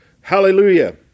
Hallelujah